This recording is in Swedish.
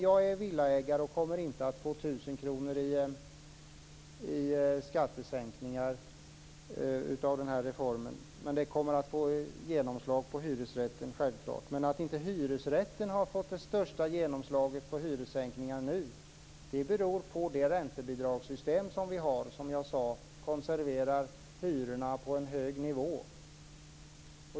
Jag är villaägare, och jag kommer inte att få 1000 kronor i skattesänkning av den här reformen. Den kommer dock självklart att få genomslag på hyresrätten. Att inte hyresrätten har fått det största genomslaget vad gäller hyressänkningar nu beror på det räntebidragssystem som vi har. Det konserverar ju, som jag sade, hyrorna på en hög nivå.